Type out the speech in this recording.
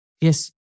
Yes